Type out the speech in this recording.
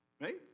Right